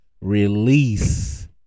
release